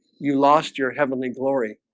you lost your heavenly glory.